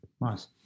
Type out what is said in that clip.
nice